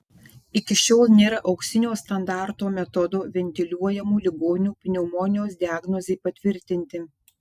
iki šiol nėra auksinio standarto metodo ventiliuojamų ligonių pneumonijos diagnozei patvirtinti